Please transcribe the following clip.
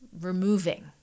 removing